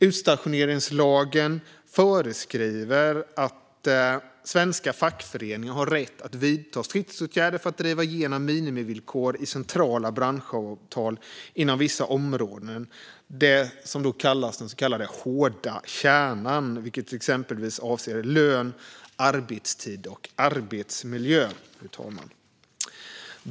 Utstationeringslagen föreskriver att svenska fackföreningar har rätt att vidta stridsåtgärder för att driva igenom minimivillkor i centrala branschavtal inom vissa områden, det som kallas den hårda kärnan, vilket avser exempelvis lön, arbetstid och arbetsmiljö.